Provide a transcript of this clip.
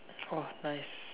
!wah! nice